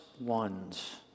ones